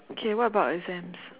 K what about exams